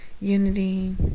unity